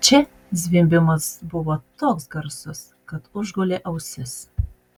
čia zvimbimas buvo toks garsus kad užgulė ausis